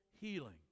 healing